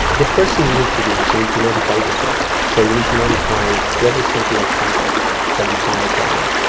the first thing you need to do is you need to notify the source, so you need to notify whoever sent you that sample that you found the problem.